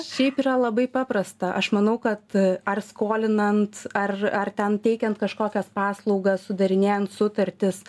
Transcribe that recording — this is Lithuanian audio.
šiaip yra labai paprasta aš manau kad ar skolinant ar ar ten teikiant kažkokias paslaugas sudarinėjant sutartis